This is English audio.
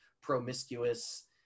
promiscuous